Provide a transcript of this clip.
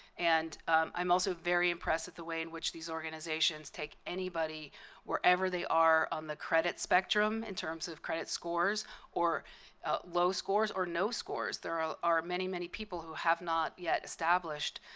and i'm also very impressed with the way in which these organizations take anybody wherever they are on the credit spectrum in terms of credit scores or low scores or no scores. there are many, many people who have not yet established